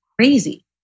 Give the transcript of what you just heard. crazy